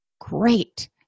great